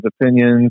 opinions